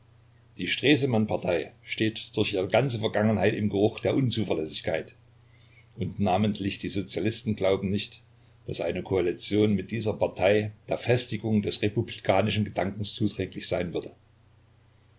die stresemann-partei steht durch ihre ganze vergangenheit im geruch der unzuverlässigkeit und namentlich die sozialisten glauben nicht daß eine koalition mit dieser partei der festigung des republikanischen gedankens zuträglich sein würde